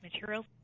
materials